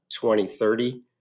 2030